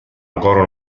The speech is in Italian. ancora